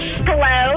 Hello